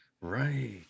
right